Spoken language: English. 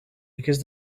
because